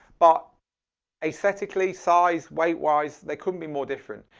but aesthetically size, weight wise, they couldn't be more different.